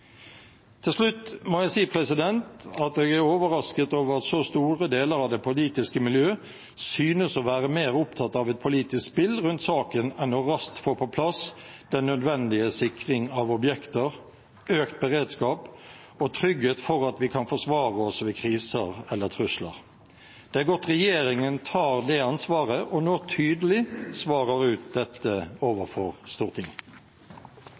Til slutt må jeg si at jeg er overrasket over at så store deler av det politiske miljø synes å være mer opptatt av et politisk spill rundt saken enn raskt å få på plass den nødvendige sikring av objekter, økt beredskap og trygghet for at vi kan forsvare oss ved kriser eller trusler. Det er godt regjeringen tar det ansvaret og nå tydelig svarer ut dette overfor Stortinget.